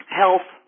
health